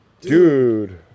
Dude